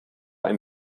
eine